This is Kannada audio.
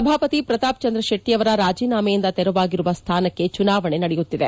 ಸಭಾಪತಿ ಪ್ರತಾಪ್ಚಂದ್ರ ಶೆಟ್ಟಿ ಅವರ ರಾಜೀನಾಮೆಯಿಂದ ತೆರವಾಗಿರುವ ಸ್ಟಾನಕ್ಕೆ ಚುನಾವಣೆ ನಡೆಯತ್ತಿದೆ